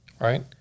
right